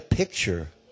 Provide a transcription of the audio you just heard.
picture